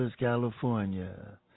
California